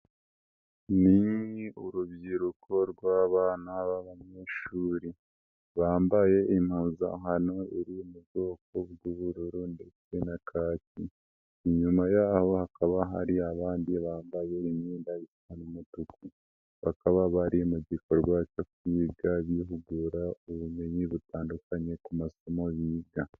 Ni urubyiruko rw'abana b'abanyeshuri bambaye impuzankano iri mu bwoko bw'ubururu ndetse nakaki, inyuma yaho hakaba hari abandi bambaye imyenda isa n'umutuku bakaba bari mu gikorwa cyo kwiga bihugura ubumenyi butandukanye ku masomo biga.